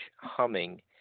humming